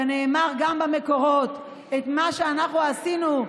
כנאמר גם במקורות: את מה שאנחנו עשינו,